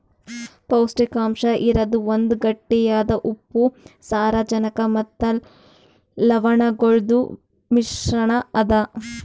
ಪೌಷ್ಟಿಕಾಂಶ ಇರದ್ ಒಂದ್ ಗಟ್ಟಿಯಾದ ಉಪ್ಪು, ಸಾರಜನಕ ಮತ್ತ ಲವಣಗೊಳ್ದು ಮಿಶ್ರಣ ಅದಾ